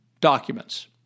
documents